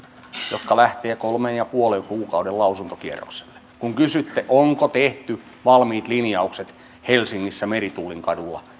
jotka lähtevät kolmen pilkku viiden kuukauden lausuntokierrokselle kun kysyitte onko tehty valmiit linjaukset helsingissä meritullinkadulla